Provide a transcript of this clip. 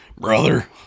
Brother